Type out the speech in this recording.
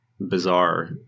bizarre